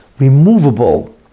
removable